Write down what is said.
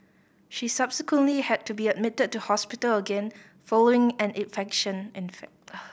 she subsequently had to be admitted to hospital again following an infection